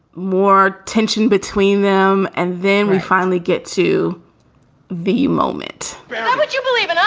more tension between them and then we finally get to be moment would you believe it?